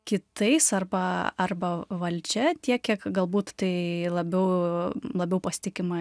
kitais arba arba valdžia tiek kiek galbūt tai labiau labiau pasitikima